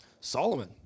Solomon